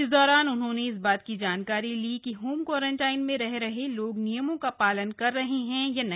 इस दौरान उन्होंने इस बात की जानकारी ली कि होम क्वारंटाइन में रह रहे लोग नियमों का पालन कर रहे हैं या नहीं